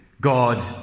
God